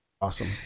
Awesome